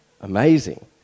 amazing